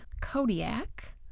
Kodiak